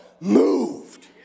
moved